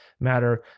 matter